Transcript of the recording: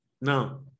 No